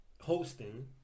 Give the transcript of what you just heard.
hosting